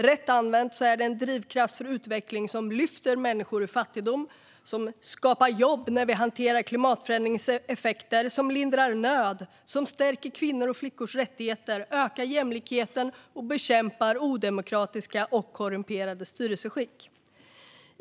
Rätt använt är det en drivkraft för utveckling som lyfter människor ur fattigdom, skapar jobb när vi hanterar klimatförändringens effekter, lindrar nöd, stärker kvinnors och flickors rättigheter, ökar jämlikheten och bekämpar odemokratiska och korrumperade styrelseskick.